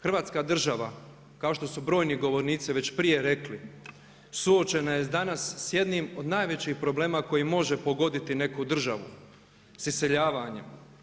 Hrvatska država kao što su brojni govornici već prije rekli suočena je danas s jednim od najvećih problema koji može pogoditi neku državu sa iseljavanjem.